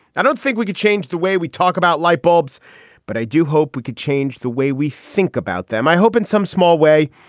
i don't think we could change the way we talk about light bulbs but i do hope we could change the way we think about them i hope in some small way.